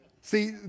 See